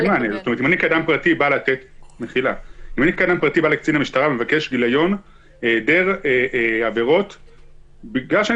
אם אני כאדם פרטי בא לקצין המשטרה ומבקש גיליון היעדר עבירות בגלל שאני